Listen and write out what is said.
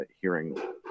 hearing